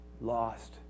lost